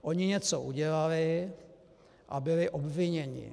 Oni něco udělali a byli obviněni.